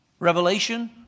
Revelation